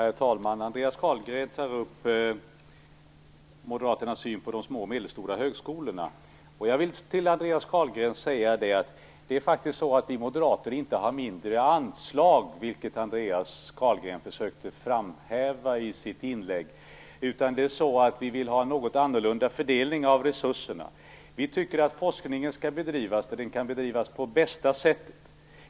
Herr talman! Andreas Carlgren talar om Moderaternas syn på de små och medelstora högskolorna. Vi moderater föreslår inte mindre anslag, vilket Andreas Carlgren försökte framhäva i sitt inlägg. Vi vill ha en något annorlunda fördelning av resurserna. Vi tycker att forskningen skall bedrivas där den kan bedrivas på bästa sätt.